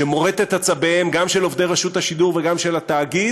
שמורט את עצביהם גם של עובדי רשות השידור וגם של התאגיד,